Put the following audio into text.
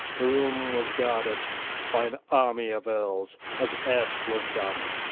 the room was guarded by an army of earls, as erst was done.